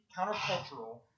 countercultural